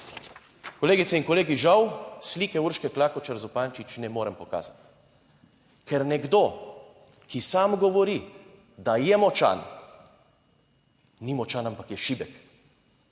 Kolegice in kolegi, žal slike Urške Klakočar Zupančič ne morem pokazati, ker nekdo, ki sam govori, da je močan, ni močan, ampak je šibek.